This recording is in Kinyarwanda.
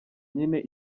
nyine